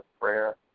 prayer